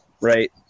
right